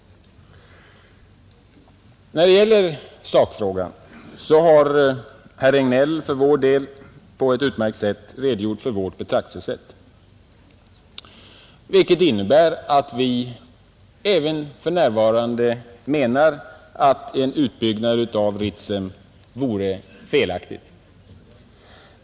När det gäller sakfrågan har herr Regnéll för vår del på ett utmärkt sätt redogjort för vårt betraktelsesätt, vilket innebär att vi även nu menar att en utbyggnad av Ritsem vore felaktig.